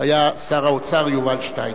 היה שר האוצר יובל שטייניץ.